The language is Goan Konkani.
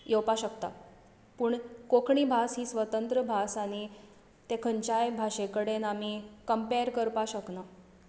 येवपाक शकता पूण कोंकणी भास ही स्वतंत्र भास आनी ते खंयच्याय भाशे कडेन आमी कंम्पेर करपाक शकना